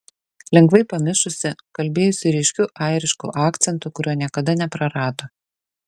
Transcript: lengvai pamišusi kalbėjusi ryškiu airišku akcentu kurio niekada neprarado